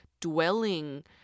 dwelling